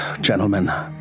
gentlemen